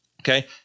okay